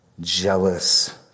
Jealous